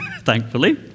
thankfully